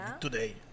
today